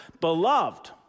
Beloved